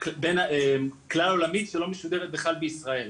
בין כלל עולמי שלא משודרת בכלל בישראל,